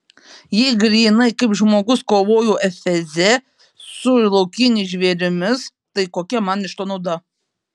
jei grynai kaip žmogus kovojau efeze su laukiniais žvėrimis tai kokia man iš to nauda